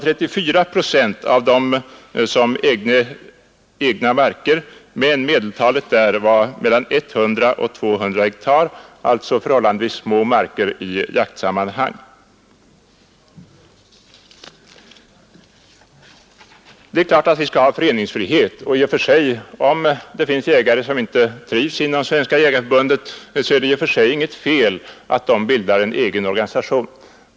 34 procent eller 28 000 ägde egna marker, men medeltalet låg mellan 100 och 200 hektar — alltså förhållandevis små marker i jaktsammanhang. Det är klart att vi skall ha föreningsfrihet, och om det finns jägare som inte trivs inom Svenska jägareförbundet är det i och för sig inget fel att de bildar en egen organisation.